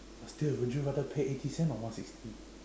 but still would you rather pay eighty cents or one sixty